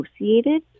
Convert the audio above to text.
associated